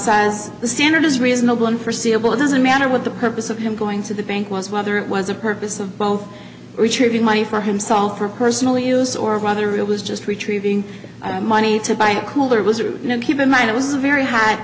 size the standard is reasonable in forseeable it doesn't matter what the purpose of him going to the bank was whether it was a purpose of both retrieving money for himself for personal use or rather it was just retrieving i money to buy a cooler was or you know keep in mind it was a very h